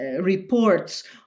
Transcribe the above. reports